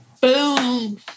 Boom